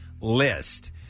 List